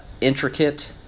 intricate